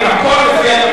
הכול לפי התקנון,